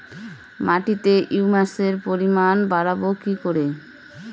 মাটিতে হিউমাসের পরিমাণ বারবো কি করে?